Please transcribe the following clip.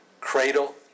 cradle